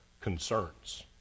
concerns